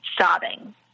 sobbing